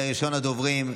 ראשון הדוברים,